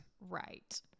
Right